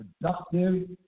productive